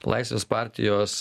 laisvės partijos